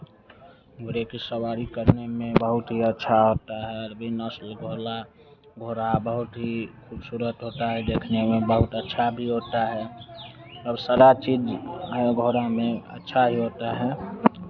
घोड़े की सवारी करने में बहुत ही अच्छा होता है अरबी नस्ल वाला घोड़ा बहुत ही खूबसूरत होता है देखने में बहुत अच्छा भी होता है अब सारा चीज़ है घोड़ा में अच्छा ही होता है